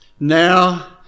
Now